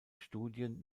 studien